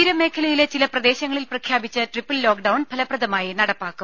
തീരമേഖലയിലെ ചില പ്രദേശങ്ങളിൽ പ്രഖ്യാപിച്ച ട്രിപ്പിൾ ലോക്ക്ഡൌൺ ഫലപ്രദമായി നടപ്പാക്കും